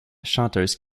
chanteuse